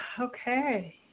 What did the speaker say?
Okay